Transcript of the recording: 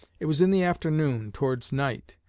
it was in the afternoon, towards night.